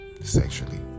sexually